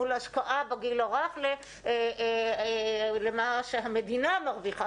ההשקעה בגיל הרך למה שהמדינה מרוויחה,